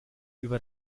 über